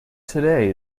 today